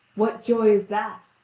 what joy is that?